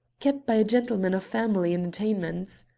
kept by a gentleman of family and attainments.